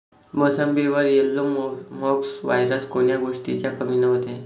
मोसंबीवर yellow mosaic virus कोन्या गोष्टीच्या कमीनं होते?